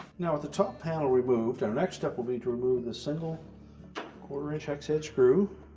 yeah with the top panel removed our next step will be to remove this single quarter-inch hex-head screw.